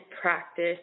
practice